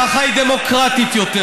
ככה היא דמוקרטית יותר.